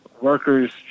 workers